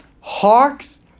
Hawks